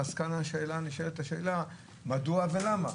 אז כאן נשאלת השאלה: מדוע ולמה?